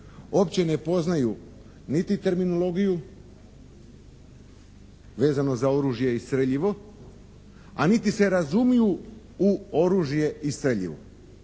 uopće ne poznaju niti terminologiju vezano za oružje i streljivo, a niti se razumiju u oružje i streljivo.